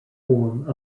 form